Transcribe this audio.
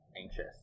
anxious